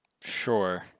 Sure